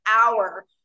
hour